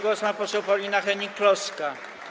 Głos ma poseł Paulina Hennig-Kloska.